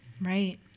right